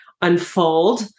unfold